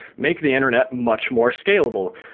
make the internet much more scalable.